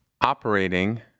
operating